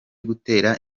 gutera